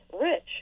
Rich